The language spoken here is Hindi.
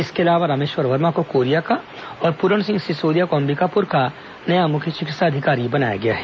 इसके अलावा रामेश्वर शर्मा को कोरिया का और पूरण सिंह सिसोदिया को अंबिकापूर का नया मुख्य चिकित्सा अधिकारी बनाया गया है